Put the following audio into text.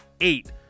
eight